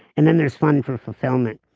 and then there's fun from fulfillment.